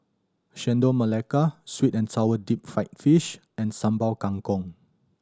Chendol Melaka sweet and sour deep fried fish and Sambal Kangkong